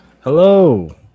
hello